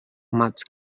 maig